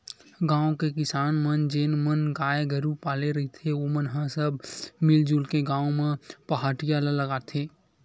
गाँव के किसान मन जेन मन गाय गरु पाले रहिथे ओमन ह सब मिलजुल के गाँव म पहाटिया ल लगाथे